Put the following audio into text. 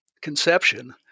conception